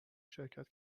شرکت